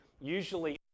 usually